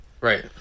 Right